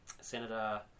Senator